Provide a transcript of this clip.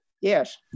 Yes